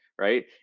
right